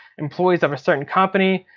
employees of a certain company.